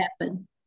happen